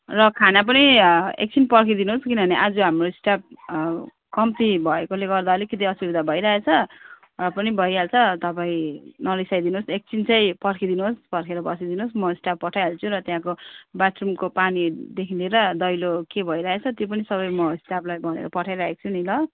र खाना पनि एकछिन पर्खिदिनुहोस् किनभने आज हाम्रो स्टाफ कम्ती भएकोले गर्दा अलिकति असुविधा भइरहेको छ र पनि भइहाल्छ तपाईँ नरिसाइदिनुहोस् एकछिन चाहिँ पर्खिदिनुहोस् पर्खेर बसिदिनुहोस् म स्टाफ पठाइहाल्छु र त्यहाँको बाथरुमको पानीदेखि लिएर दैलो के भइरहेको छ त्यो पनि सबै म स्टाफलाई भनेर पठाइरहेको छु नि ल